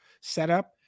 setup